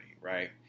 right